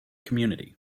community